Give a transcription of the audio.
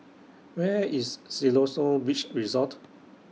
Where IS Siloso Beach Resort